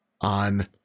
on